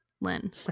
Lynn